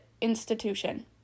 institution